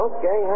Okay